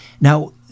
Now